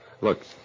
Look